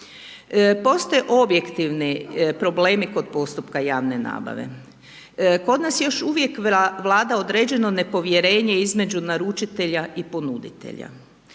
Postoje objektivni problemi kod postupka javne nabave. Kod nas još uvijek vlada određeno nepovjerenje između naručitelja i ponuditelja.